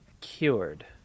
Cured